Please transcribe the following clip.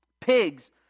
Pigs